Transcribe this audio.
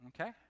Okay